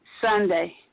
Sunday